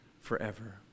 forever